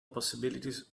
possibilities